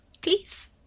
please